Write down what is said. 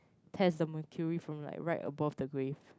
test the mercury from like right above the grave